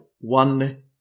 one